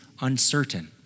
uncertain